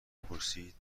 پرسید